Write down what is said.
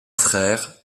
frère